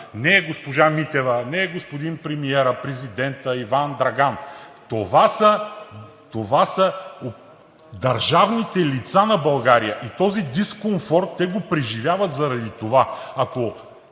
не е госпожа Митева, не е господин премиерът, президентът, Иван, Драган – това са държавните лица на България, и този дискомфорт те го преживяват заради това.